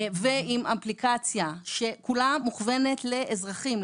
ועם אפליקציה שכולה מוכוונת לאזרחים,